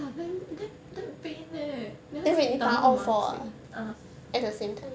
!wah! damn damn damn pain leh then 他去打那个麻醉 ah